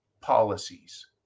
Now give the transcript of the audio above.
policies